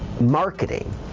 marketing